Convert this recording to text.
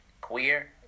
queer